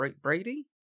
brady